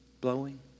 blowing